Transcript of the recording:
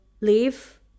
leave